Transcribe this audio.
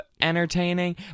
entertaining